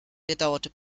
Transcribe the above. bedauerte